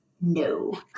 No